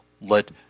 let